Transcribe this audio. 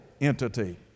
entity